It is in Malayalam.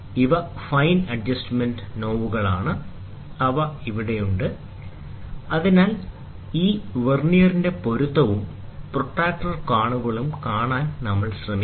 ഇവ ഫൈൻ അഡ്ജസ്റ്റ്മെന്റ് നോബുകളാണ് അവ അവിടെയുണ്ട് അതിനാൽ ഈ വെർനിയറിന്റെ പൊരുത്തവും പ്രൊട്ടക്റ്റർ കോണുകളും കാണാൻ നമ്മൾ ശ്രമിക്കുന്നു